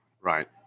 Right